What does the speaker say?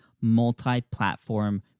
multi-platform